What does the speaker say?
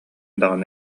даҕаны